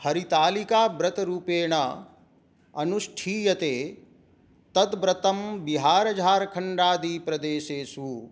हरितालिकाव्रतरूपेण अनुष्ठीयते तद् व्रतं बिहारझारखण्डादि प्रदेशेषु